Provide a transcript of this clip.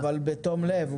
אבל בתום לב.